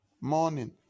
morning